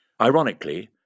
Ironically